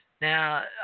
Now